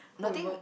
nothing